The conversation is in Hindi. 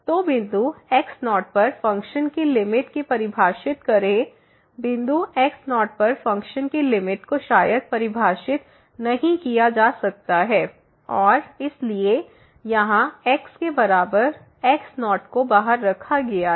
तो बिंदु x0 पर फ़ंक्शन की लिमिट को परिभाषित करें बिंदु x0 पर फ़ंक्शन की लिमिट को शायद परिभाषित नहीं किया जा सकता है और इसलिए यहां x के बराबर x0 को बाहर रखा गया है